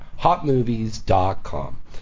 hotmovies.com